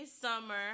Summer